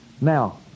Now